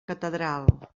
catedral